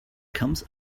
comes